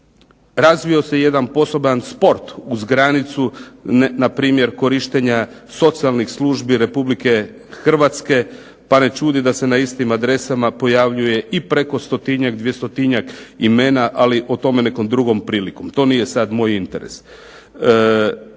Razvio se jedan poseban sport uz granicu, npr. korištenja socijalnih službi Republike Hrvatske, pa ne čudi da se na istim adresama pojavljuje i preko 100-tinjak, 200-tinjak imena, ali o tome nekom drugom prilikom. To nije sad moj interes.